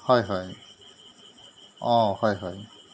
হয় হয় অঁ হয় হয়